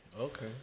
Okay